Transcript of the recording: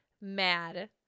mad